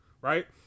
right